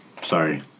Sorry